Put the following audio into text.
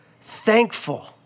thankful